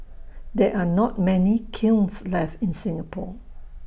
there are not many kilns left in Singapore